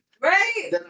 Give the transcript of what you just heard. Right